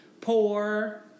poor